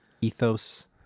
ethos